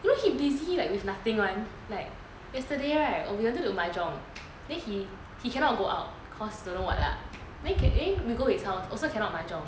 you know he busy like with nothing [one] like yesterday right we wanted to mahjong then he cannot go out cause don't know what lah then we go his house also cannot mahjong